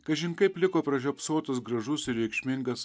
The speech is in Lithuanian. kažin kaip liko pražiopsotas gražus ir reikšmingas